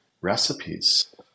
recipes